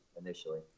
initially